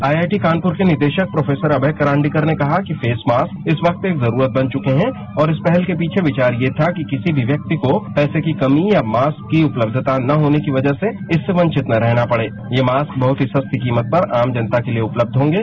IIT Kanpur के निरेशक professor अगय करंदीकर ने कहा फेस मास्क इस का एक जरूरत बन चुके हैं और इस पहल के पीछे यह विचार था कि किसी भी व्यक्ति को पैसे की कनी या मास्क की उपलब्धता न होने की रजह से इससे बंकित न रहना पड़े ये मास्क बहुत ही ससी कीमत पर आम जनता के लिए उपलब्ध हॉंगे